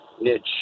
niche